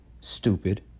Stupid